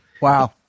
Wow